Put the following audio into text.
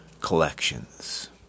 collections